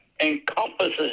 encompasses